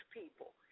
people